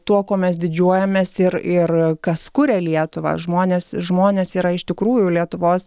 tuo kuo mes didžiuojamės ir ir kas kuria lietuvą žmonės žmonės yra iš tikrųjų lietuvos